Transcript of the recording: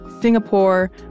Singapore